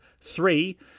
three